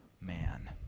man